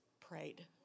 prayed